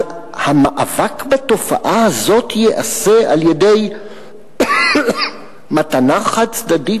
אז המאבק בתופעה הזאת ייעשה על-ידי מתנה חד-צדדית